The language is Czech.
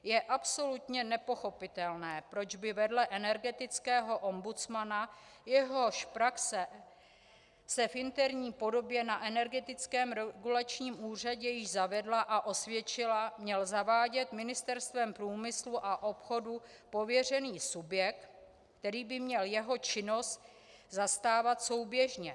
Je absolutně nepochopitelné, proč by vedle energetického ombudsmana, jehož praxe se v interní podobě na Energetickém regulačním úřadě již zavedla a osvědčila, měl zavádět Ministerstvem průmyslu a obchodu pověřený subjekt, který by měl jeho činnost zastávat souběžně.